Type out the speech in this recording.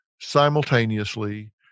simultaneously